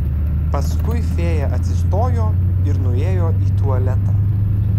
paskui fėja atsistojo ir nuėjo į tualetą